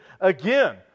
again